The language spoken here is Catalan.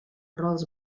rols